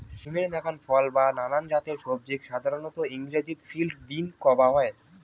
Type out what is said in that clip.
সিমের নাকান ফল বা নানান জাতের সবজিক সাধারণত ইংরাজিত ফিল্ড বীন কওয়া হয়